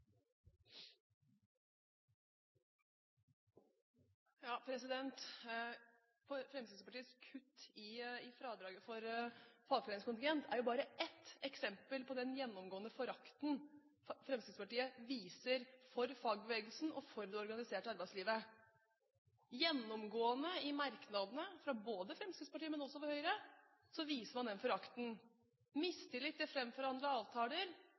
jo bare ett eksempel på den gjennomgående forakten Fremskrittspartiet viser for fagbevegelsen og for det organiserte arbeidslivet. Gjennomgående i merknadene fra både Fremskrittspartiet og Høyre viser man den forakten. Det er mistillit til framforhandlede avtaler,